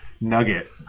nugget